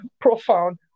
profound